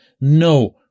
no